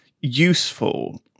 useful